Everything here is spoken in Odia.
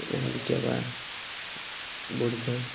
ବଢ଼ିଥାଏ